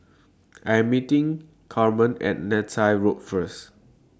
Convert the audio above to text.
I'm meeting Carma At Neythai Road First